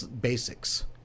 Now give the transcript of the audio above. basics